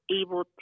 able